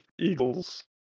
Eagles